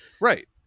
Right